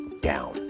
down